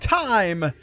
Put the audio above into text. time